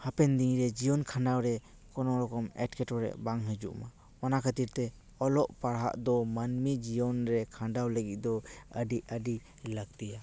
ᱦᱟᱯᱮᱱ ᱫᱤᱱ ᱨᱮ ᱡᱤᱭᱚᱱ ᱠᱷᱟᱸᱰᱟᱣ ᱨᱮ ᱠᱳᱱᱳ ᱨᱚᱠᱚᱢ ᱮᱴᱠᱮᱴᱚᱬᱮ ᱵᱟᱝ ᱦᱤᱡᱩᱜ ᱢᱟ ᱚᱱᱟ ᱠᱷᱟᱹᱛᱤᱨ ᱛᱮ ᱚᱞᱚᱜ ᱯᱟᱲᱦᱟᱜ ᱫᱚ ᱢᱟᱹᱱᱢᱤ ᱡᱤᱭᱚᱱ ᱨᱮ ᱠᱷᱟᱸᱰᱟᱣ ᱞᱟᱹᱜᱤᱫ ᱫᱚ ᱟᱹᱰᱤ ᱟᱹᱰᱤ ᱞᱟᱹᱠᱛᱤᱭᱟ